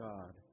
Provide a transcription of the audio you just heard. God